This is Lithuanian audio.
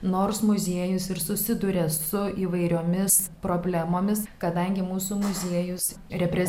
nors muziejus ir susiduria su įvairiomis problemomis kadangi mūsų muziejus reprezentuoja